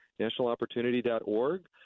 nationalopportunity.org